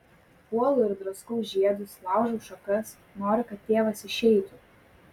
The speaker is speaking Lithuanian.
puolu ir draskau žiedus laužau šakas noriu kad tėvas išeitų